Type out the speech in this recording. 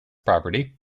property